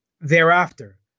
thereafter